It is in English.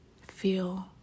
Feel